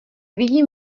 vidím